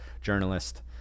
journalist